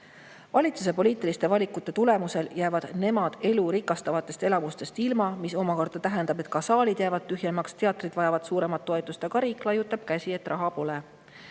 Valitsuse poliitiliste valikute tulemusel jäävad nemad elu rikastavatest elamustest ilma, mis omakorda tähendab seda, et saalid jäävad tühjemaks ja teatrid vajavad suuremat toetust. Aga riik laiutab käsi: raha pole.